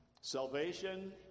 salvation